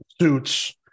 suits